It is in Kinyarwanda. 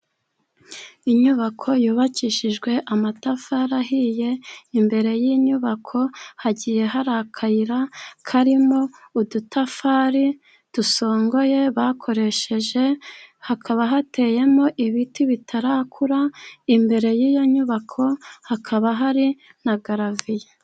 Inyubako yubakishijwe amatafari ahiye. Imbere y'inyubako hagiye hari akayira karimo udutafari dusongoye bakoresheje, hakaba hateyemo ibiti bitarakura, imbere y'iyo nyubako hakaba hari na garaviye.